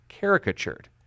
caricatured